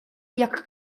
jak